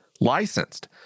licensed